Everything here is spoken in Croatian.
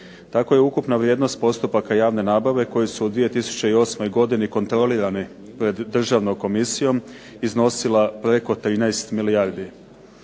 Tako je ukupna vrijednost postupaka javne nabave koja su u 2008. godini kontrolirane pred državnom komisijom iznosila preko 13 milijardi.